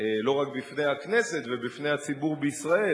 לא רק בפני הכנסת ובפני הציבור בישראל,